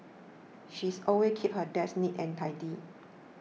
she's always keeps her desk neat and tidy